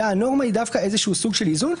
אלא הנורמה היא דווקא סוג של איזון.